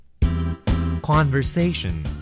Conversation